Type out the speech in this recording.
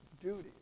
duty